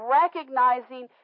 recognizing